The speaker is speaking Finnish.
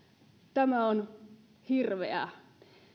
tämä on hirveää